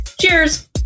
cheers